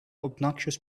obnoxious